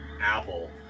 apple